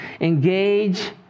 Engage